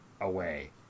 away